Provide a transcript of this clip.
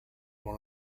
one